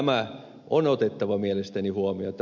tämä on otettava mielestäni huomioon